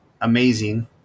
amazing